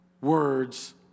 words